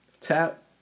Tap